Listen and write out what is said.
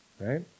right